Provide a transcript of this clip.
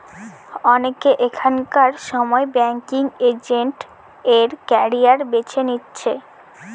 অনেকে এখনকার সময় ব্যাঙ্কিং এজেন্ট এর ক্যারিয়ার বেছে নিচ্ছে